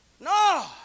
No